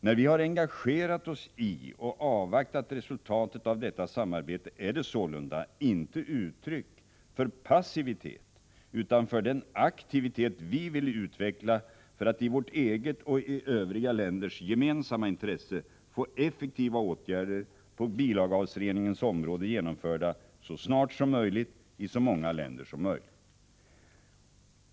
När vi engagerat oss i och avvaktat resultatet av detta samarbete är det sålunda inte uttryck för passivitet utan för den aktivitet vi vill utveckla för att i vårt eget och övriga länders gemensamma intresse få effektiva åtgärder på bilavgasreningens område genomförda så snart som möjligt i så många länder som möjligt.